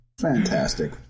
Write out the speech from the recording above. Fantastic